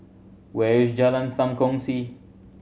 where is Jalan Sam Kongsi